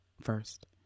first